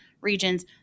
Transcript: regions